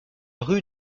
rue